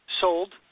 sold